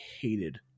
hated